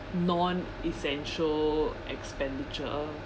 non essential expenditure